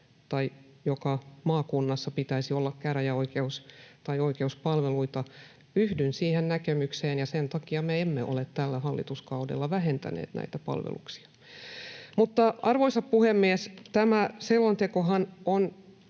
että joka maakunnassa pitäisi olla käräjäoikeus tai oikeuspalveluita. Yhdyn siihen näkemykseen, ja sen takia me emme ole tällä hallituskaudella vähentäneet näitä palveluita. Arvoisa puhemies! Tämä selontekohan on